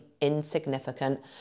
insignificant